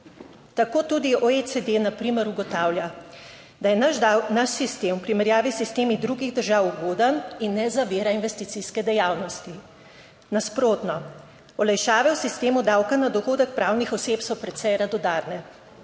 Tako tudi OECD na primer ugotavlja, da je naš, naš sistem v primerjavi s sistemi drugih držav ugoden in ne zavira investicijske dejavnosti, nasprotno, olajšave v sistemu davka na dohodek pravnih oseb so precej radodarne.